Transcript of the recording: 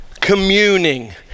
Communing